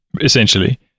essentially